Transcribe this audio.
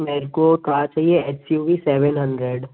मेरे को कार चाहिए X U V seven hundred